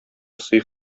сый